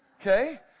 okay